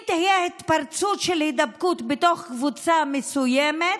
אם תהיה התפרצות של הידבקות בתוך קבוצה מסוימת,